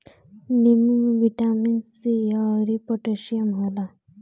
नींबू में vitamin C अउरी पोटैशियम होला